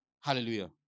Hallelujah